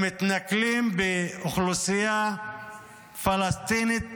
הם מתנכלים לאוכלוסייה פלסטינית תמימה,